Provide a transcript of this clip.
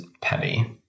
petty